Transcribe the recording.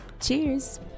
Cheers